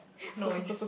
noise